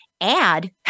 add